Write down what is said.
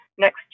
next